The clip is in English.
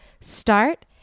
start